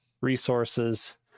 resources